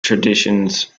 traditions